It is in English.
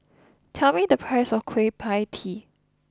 tell me the price of Kueh Pie Tee